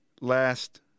last